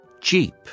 Jeep